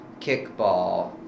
kickball